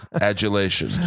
adulation